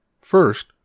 First